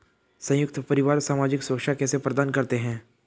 संयुक्त परिवार सामाजिक सुरक्षा कैसे प्रदान करते हैं?